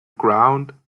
ground